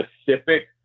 specific